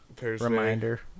reminder